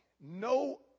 no